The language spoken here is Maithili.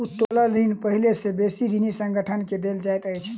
उत्तोलन ऋण पहिने से बेसी ऋणी संगठन के देल जाइत अछि